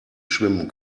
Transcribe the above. schwimmen